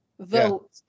vote